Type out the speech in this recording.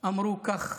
אמרו כך,